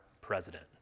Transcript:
president